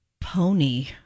pony